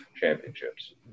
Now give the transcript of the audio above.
championships